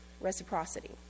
reciprocity